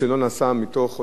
ולא נעשה שלא ביושר,